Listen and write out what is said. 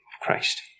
Christ